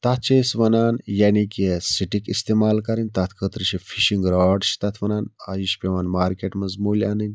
تَتھ چھِ أسۍ وَنان یعنی کہِ سِٹِک استعمال کَرٕنۍ تتھ خٲطرٕ چھِ فِشِنٛگ راڈ چھِ تتھ وَنان ٲں یہِ چھِ پیٚوان مارکیٹ مَنٛز مٔلۍ اَنٕنۍ